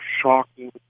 shocking